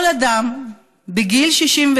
כל אדם בגיל 62,